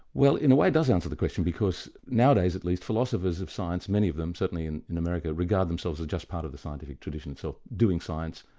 well in a way it does answer the question because nowadays at least, philosophers of science, many of them, certainly in in america, regard themselves as just part of the scientific tradition itself, doing science,